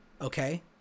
okay